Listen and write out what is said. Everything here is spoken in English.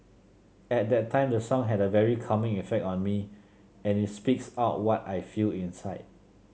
at that time the song had a very calming effect on me and it speaks out what I feel inside